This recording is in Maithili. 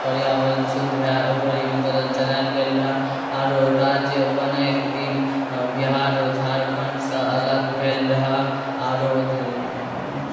पर्यावरण शुद्ध रहै एहि दुआरे ई आन्दोलन चलाएल गेल रहै आओर राज्य बनैके दिन बिहार झारखण्डसँ अलग भेल रहै आओर